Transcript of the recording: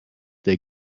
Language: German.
der